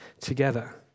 together